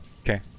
Okay